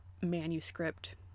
manuscript